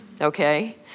okay